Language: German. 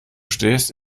stehst